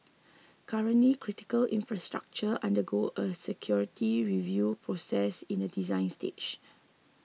currently critical infrastructure undergo a security review process in the design stage